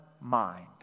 mind